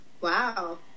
Wow